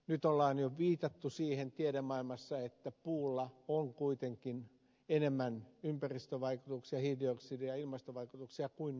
nyt on jo tiedemaailmassa viitattu siihen että puulla on kuitenkin enemmän ympäristövaikutuksia hiilidioksidi ja ilmastovaikutuksia kuin nolla